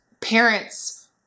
parents